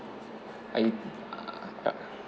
I ya